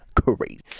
great